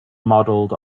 modeled